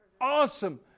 awesome